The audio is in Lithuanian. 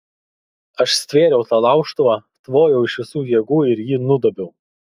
aš stvėriau tą laužtuvą tvojau iš visų jėgų ir jį nudobiau